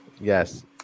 yes